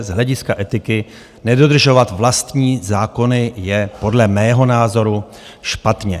Z hlediska etiky nedodržovat vlastní zákony je podle mého názoru špatně.